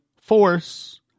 force